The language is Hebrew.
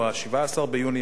או ב-17 ביוני,